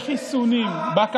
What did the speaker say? בחיסונים, בכלכלה,